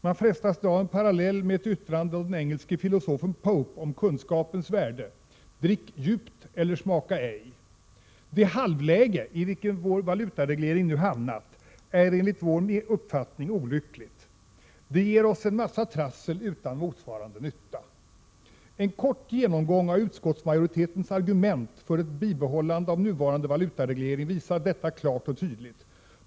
Man frestas att dra en parallell med ett yttrande av den engelske filosofen Pope om kunskapens värde: ”Drick djupt eller smaka icke!” Det ”halvläge” i vilket vår valutareglering nu har hamnat är enligt vår uppfattning olyckligt. Det ger oss en massa trassel utan motsvarande nytta! En kort genomgång av utskottsmajoritetens argument för ett bibehållande av nuvarande valutareglering visar detta klart och tydligt.